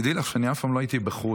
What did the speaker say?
תדעי לך שאני אף פעם לא הייתי בחו"ל,